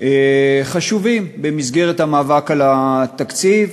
חשובים במסגרת המאבק על התקציב.